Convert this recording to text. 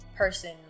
Person